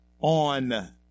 on